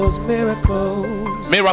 Miracles